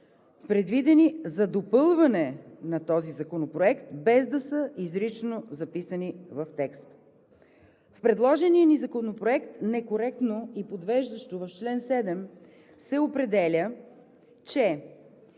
предвидени за допълване на този законопроект, без да са изрично записани в текст. В предложения ни Законопроект некоректно и подвеждащо в чл. 7 се определя, че